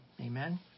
Amen